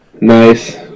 Nice